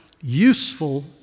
useful